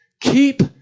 keep